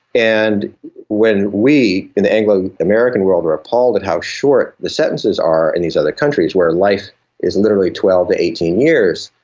and when we in the anglo-american world are appalled at how short the sentences are in these other countries where life is literally twelve to eighteen years,